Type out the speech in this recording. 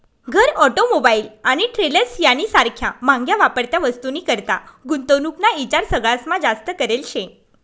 घर, ऑटोमोबाईल आणि ट्रेलर्स यानी सारख्या म्हाग्या वापरत्या वस्तूनीकरता गुंतवणूक ना ईचार सगळास्मा जास्त करेल शे